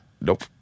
Nope